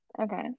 Okay